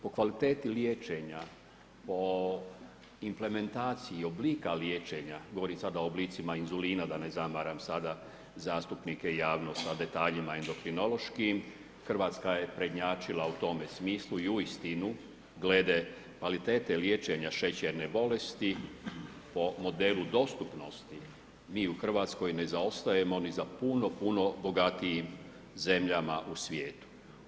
Po kvaliteti liječenja, po implementaciji oblika liječenja, govorim sada o oblicima inzulina, da ne zamaram sada zastupnike i javnost sa detaljima endokrinološkim, Hrvatska je prednjačila u tome smislu i uistinu glede kvalitete liječenja šećerne bolesti po modelu dostupnosti mi u RH ne zaostajemo ni za puno, puno bogatijim zemljama u svijetu.